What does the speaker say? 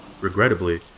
Regrettably